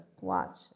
watch